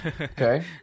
Okay